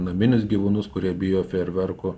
naminius gyvūnus kurie bijo fejerverkų